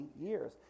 years